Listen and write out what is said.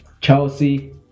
Chelsea